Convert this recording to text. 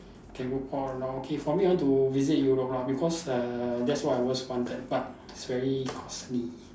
can walk all along okay for me I want to visit Europe ah because err that's what I always wanted but it's very costly